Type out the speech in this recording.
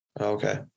Okay